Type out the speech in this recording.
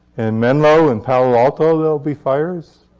in menlo, in palo alto, there will be fires.